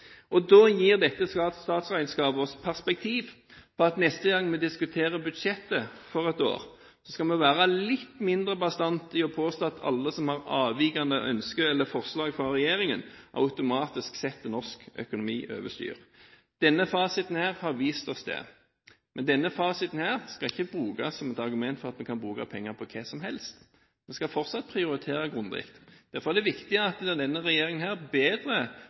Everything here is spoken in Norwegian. økonomi. Da gir dette statsregnskapet oss et perspektiv på at neste gang vi diskuterer statsbudsjettet for et år, skal vi være litt mindre bastante i å påstå at alle som har avvikende ønsker eller forslag i forhold til regjeringen, automatisk setter norsk økonomi over styr. Denne fasiten har vist oss det. Men denne fasiten skal ikke brukes som et argument for at vi kan bruke penger på hva som helst; vi skal fortsatt prioritere grundig. Derfor er det viktig at denne regjeringen forsøker å effektivisere norsk økonomi bedre